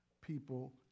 people